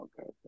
okay